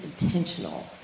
intentional